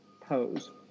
pose